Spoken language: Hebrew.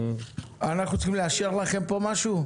אנחנו צריכים לאשר לכם משהו?